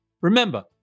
Remember